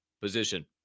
position